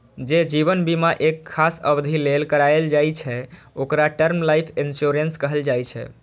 जे जीवन बीमा एक खास अवधि लेल कराएल जाइ छै, ओकरा टर्म लाइफ इंश्योरेंस कहल जाइ छै